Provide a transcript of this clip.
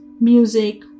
music